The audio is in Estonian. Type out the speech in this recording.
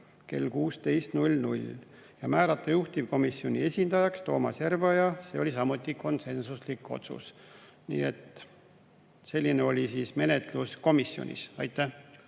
kell 16 ja määrata juhtivkomisjoni esindajaks Toomas Järveoja. See oli samuti konsensuslik otsus. Selline oli menetlus komisjonis. Aitäh!